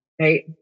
right